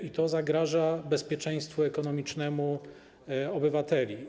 I to zagraża bezpieczeństwu ekonomicznemu obywateli.